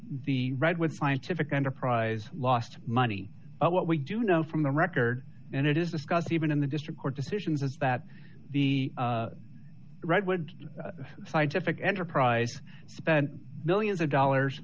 the redwood scientific enterprise lost money what we do know from the record and it is discussed even in the district court decisions is that the redwood scientific enterprise spent millions of dollars